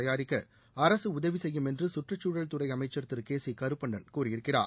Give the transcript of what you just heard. தயாரிக்க அரசு உதவி செய்யும் என்று சுற்றுச்சூழல் துறை அமைச்சர் திரு கே சி கருப்பண்ணன் கூறியிருக்கிறார்